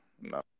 no